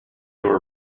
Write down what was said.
were